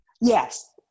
Yes